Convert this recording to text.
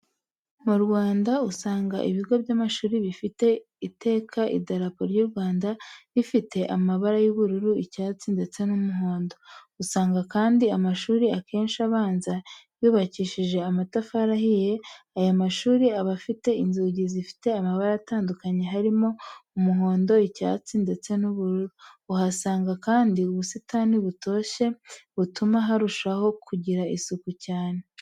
Mu Rwanda usanga ibigo by'amashuri bifite iteka idarapo ryu Rwanda, rifite amabara y'ubururu, icyatsi, ndetse n'umuhondo. Usanga kandi amashuri akenshi abanza bayubakisha amatafari ahiye, ayo mashuri aba afite inzugi zifite amabara atandukanye harimo umuhondo, icyatsi, ndetse n'ubururu. Uhasanga kandi ubusitani butoshye butuma harushaho kugira isuku nyinshi.